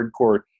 hardcore